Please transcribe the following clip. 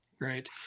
Great